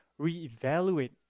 reevaluate